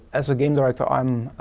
as a game director i'm